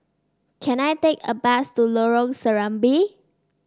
can I take a bus to Lorong Serambi